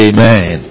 Amen